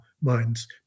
minds